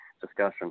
discussion